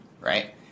Right